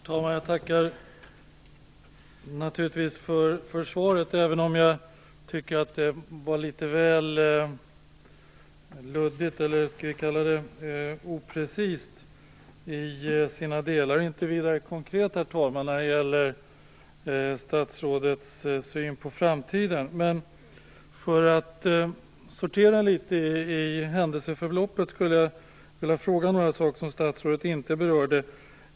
Herr talman! Jag tackar naturligtvis för svaret, men jag måste säga att jag tycker att det var litet oprecist till delar. Svaret var inte vidare konkret när det gäller statsrådets syn på framtiden. För att sortera litet grand i fråga om händelseförloppet skulle jag vilja fråga om några saker som statsrådet inte berörde.